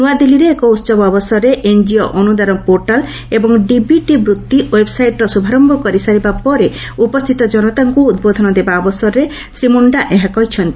ନୁଆଦିଲ୍ଲୀରେ ଏକ ଉତ୍ସବ ଅବସରରେ ଏନ୍କିଓ ଅନୁଦାନ ପୋର୍ଟାଲ୍ ଏବଂ ଡିବିଟି ବୃତ୍ତି ଓ୍ୱେବ୍ସାଇଟ୍ର ଶୁଭାରମ୍ଭ କରିସାରିବା ପରେ ଉପସ୍ଥିତ ଜନତାଙ୍କୁ ଉଦ୍ବୋଧନ ଦେବା ଅବସରରେ ଶ୍ରୀ ମୁଣ୍ଡା ଏହା କହିଛନ୍ତି